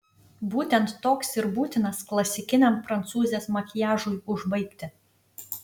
būtent toks ir būtinas klasikiniam prancūzės makiažui užbaigti